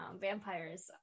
vampires